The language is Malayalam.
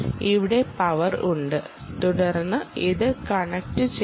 ഇവിടെ പവർ ഉണ്ട് തുടർന്ന് ഇത് കണക്റ്റുചെയ്തു